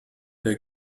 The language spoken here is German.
der